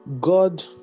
God